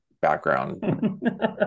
background